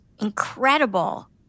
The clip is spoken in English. incredible